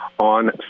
on